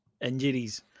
injuries